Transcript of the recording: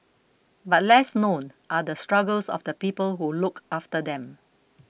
but less known are the struggles of the people who look after them